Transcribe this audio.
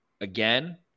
again